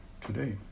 today